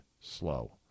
slow